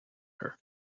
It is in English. her